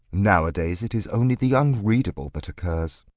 nowadays it is only the unreadable that occurs.